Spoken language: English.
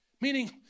Meaning